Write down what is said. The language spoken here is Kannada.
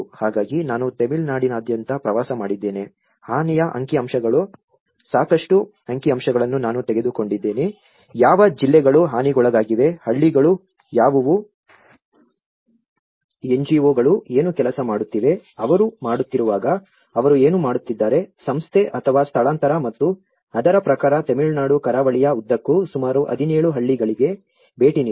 ಹಾಗಾಗಿ ನಾನು ತಮಿಳುನಾಡಿನಾದ್ಯಂತ ಪ್ರವಾಸ ಮಾಡಿದ್ದೇನೆ ಹಾನಿಯ ಅಂಕಿಅಂಶಗಳ ಸಾಕಷ್ಟು ಅಂಕಿಅಂಶಗಳನ್ನು ನಾನು ತೆಗೆದುಕೊಂಡಿದ್ದೇನೆ ಯಾವ ಜಿಲ್ಲೆಗಳು ಹಾನಿಗೊಳಗಾಗಿವೆ ಹಳ್ಳಿಗಳು ಯಾವುವು NGO ಗಳು ಏನು ಕೆಲಸ ಮಾಡುತ್ತಿವೆ ಅವರು ಮಾಡುತ್ತಿರುವಾಗ ಅವರು ಏನು ಮಾಡುತ್ತಿದ್ದಾರೆ ಸಂಸ್ಥೆ ಅಥವಾ ಸ್ಥಳಾಂತರ ಮತ್ತು ಅದರ ಪ್ರಕಾರ ತಮಿಳುನಾಡು ಕರಾವಳಿಯ ಉದ್ದಕ್ಕೂ ಸುಮಾರು 17 ಹಳ್ಳಿಗಳಿಗೆ ಭೇಟಿ ನೀಡಿದೆ